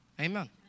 Amen